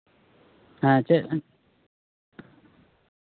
ᱦᱮᱸ ᱪᱮᱫ